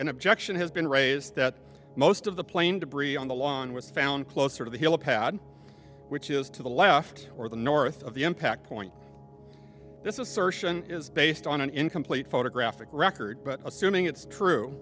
an objection has been raised that most of the plane debris on the lawn was found closer to the helipad which is to the left or the north of the impact point this is certain is based on an incomplete photographic record but assuming it's true